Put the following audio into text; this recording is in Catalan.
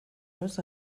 los